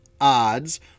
odds